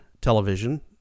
television